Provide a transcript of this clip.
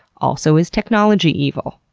also, is technology evil?